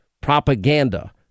propaganda